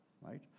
Right